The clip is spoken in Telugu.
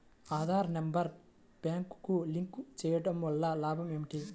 ఆధార్ నెంబర్ బ్యాంక్నకు లింక్ చేయుటవల్ల లాభం ఏమిటి?